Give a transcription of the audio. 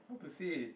how to say